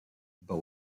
but